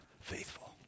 faithful